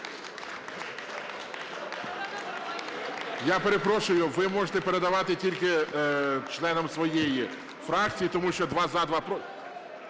Я перепрошую, ви можете передавати тільки членам своєї фракції, тому що два – за, два